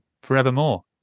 forevermore